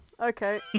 Okay